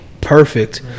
perfect